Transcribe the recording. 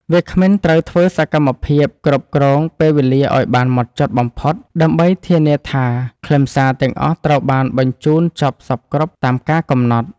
វាគ្មិនត្រូវធ្វើសកម្មភាពគ្រប់គ្រងពេលវេលាឱ្យបានហ្មត់ចត់បំផុត ដើម្បីធានាថាខ្លឹមសារទាំងអស់ត្រូវបានបញ្ជូនចប់សព្វគ្រប់តាមការកំណត់។